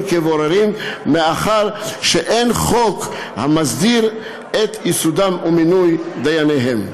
כבוררים מאחר שאין חוק המסדיר את ייסודם ומינוי דייניהם.